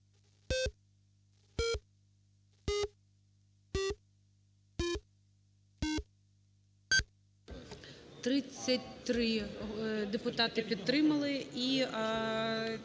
33 депутати підтримали.